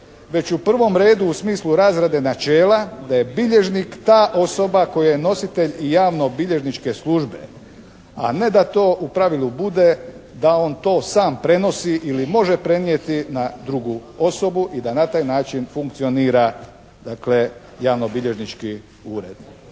već u prvom redu u smislu razrade načela da je bilježnik ta osoba koja je nositelj javnobilježničke službe a ne da to u pravilu bude da on to sam prenosi ili može prenijeti na drugu osobu i da na taj način funkcionira dakle, javnobilježnički ured.